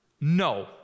no